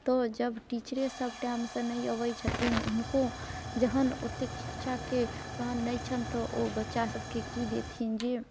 तऽ जब टीचरे सब टाइमसँ नहि अबै छथिन हुनको जहन ओतेक शिक्षाके ज्ञान नहि छनि तऽ ओ बच्चा सबके की देथिन जे